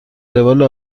روال